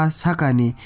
sakani